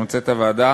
מוצאת הוועדה